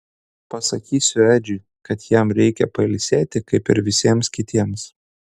pasakysiu edžiui kad jam reikia pailsėti kaip ir visiems kitiems